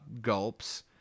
gulps